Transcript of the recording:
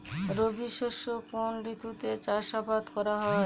রবি শস্য কোন ঋতুতে চাষাবাদ করা হয়?